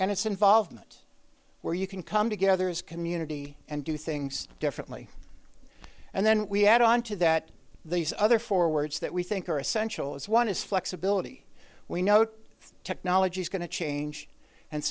and it's involvement where you can come together as community and do things differently and then we add on to that these other forwards that we think are essential is one is flexibility we note technology is going to change and